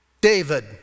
David